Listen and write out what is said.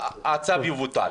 הצו יבוטל?